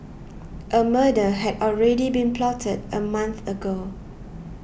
a murder had already been plotted a month ago